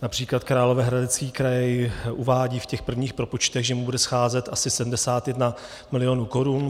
Například Královéhradecký kraj uvádí v těch prvních propočtech, že mu bude scházet asi 71 milionů korun.